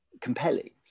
compelling